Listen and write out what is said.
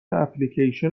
اپلیکیشن